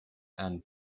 and